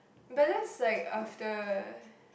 but that's like after